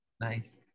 nice